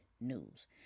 news